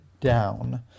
down